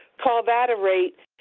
call that a rate,